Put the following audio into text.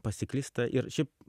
pasiklysta ir šiaip